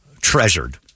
treasured